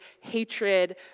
hatred